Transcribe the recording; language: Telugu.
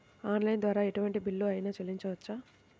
ఆన్లైన్ ద్వారా ఎటువంటి బిల్లు అయినా చెల్లించవచ్చా?